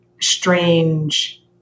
strange